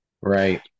Right